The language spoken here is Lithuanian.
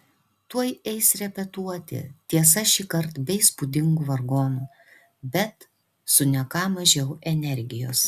tuoj eis repetuoti tiesa šįkart be įspūdingų vargonų bet su ne ką mažiau energijos